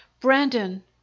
Brandon